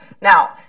Now